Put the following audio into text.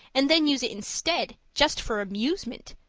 and then use it instead just for amusement!